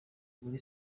muri